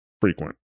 frequent